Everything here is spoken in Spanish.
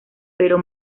pero